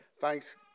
thanks